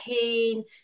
pain